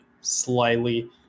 slightly